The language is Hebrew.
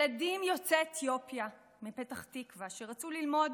ילדים יוצאי אתיופיה מפתח תקווה שרצו ללמוד